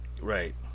right